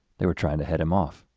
they were trying to head him off.